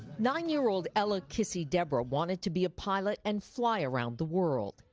nine year old ella kissi-debrah wanted to be a pilot and fly around the world.